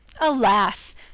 alas